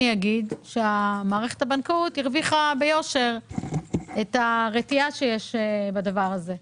אגיד שמערכת הבנקאות הרוויחה ביושר את הרתיעה שיש בדבר הזה.